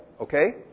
Okay